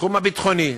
שבתחום הביטחוני,